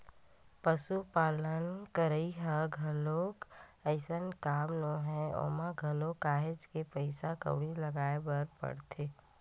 पसुपालन के करई ह घलोक अइसने काम नोहय ओमा घलोक काहेच के पइसा कउड़ी लगाय बर परथे